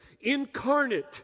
incarnate